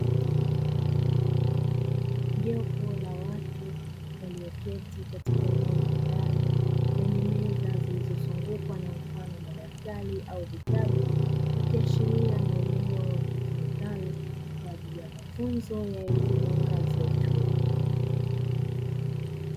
Jopo la watu walioketi katika eneo la ndani lenye meza zilizozungukwa na mfano wa madaftari au vitabu, ikiashiria ni eneo litumikalo kwa ajili ya mafunzo ya elimu ngazi ya chuo.